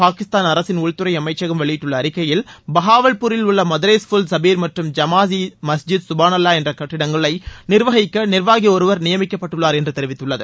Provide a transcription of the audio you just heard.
பாகிஸ்தான் அரசின் உள்துறை அமைச்சகம் வெளியிட்டுள்ள அறிக்கையில் பஹாவல்பூரில் உள்ள மதரேஸ்ஃபுல் சுபீர் மற்றும் ஜமாய் இ மஸ்ஜித் சுபானல்லா என்ற கட்டிடங்களை நிர்வகிக்க நிர்வாகி ஒருவர் நியமிக்கப்பட்டுள்ளார் என்று தெரிவித்துள்ளது